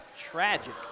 Tragic